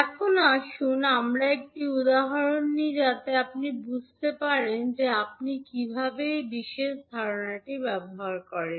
এখন আসুন আমরা একটি উদাহরণ নিই যাতে আপনি বুঝতে পারেন যে আপনি কীভাবে এই বিশেষ ধারণাটি ব্যবহার করবেন